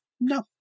No